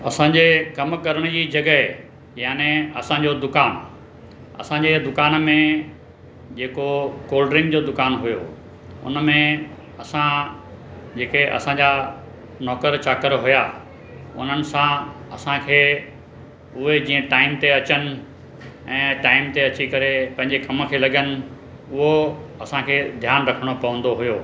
असांजे कमु करण जी जॻहि याने असांजो दुकानु असांजे दुकान में जेको कोल्ड ड्रिंक जो दुकान हुओ उन में असां जेके असांजा नौकर चाकर हुआ उन्हनि सां असांखे उहे जीअं टाइम ते अचनि ऐं टाइम ते अची करे पंहिंजे कम खे लॻूं उहो असांखे ध्यानु रखिणो पवंदो हुओ